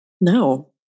No